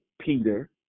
Peter